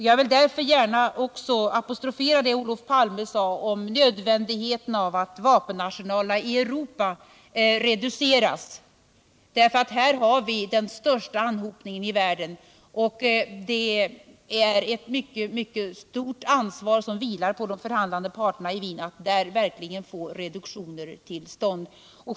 Jag vill därför också gärna apostrofera vad Olof Palme sade om nödvändigheten av att vapenarsenalerna i Europa reduceras, för här har vi den största anhopningen i världen. Det är ett mycket stort ansvar som vilar på de förhandlande parterna i Wien när det gäller att där verkligen få reduktioner till stånd.